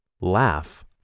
laugh